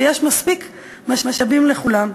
ויש מספיק משאבים לכולם.